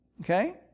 Okay